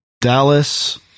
Dallas